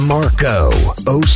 Marco